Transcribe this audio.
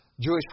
Jewish